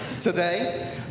today